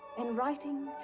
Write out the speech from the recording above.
and writing,